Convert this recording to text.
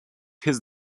his